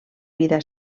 vida